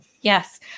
yes